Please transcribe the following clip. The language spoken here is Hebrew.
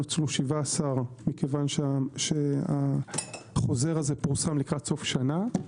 נוצלו 17 כי החוזר הזה פורסם לקראת סוף השנה,